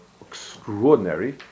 extraordinary